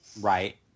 Right